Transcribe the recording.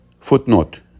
Footnote